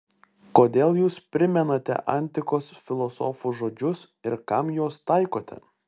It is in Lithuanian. kodėl jūs primenate antikos filosofų žodžius ir kam juos taikote